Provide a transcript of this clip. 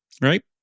Right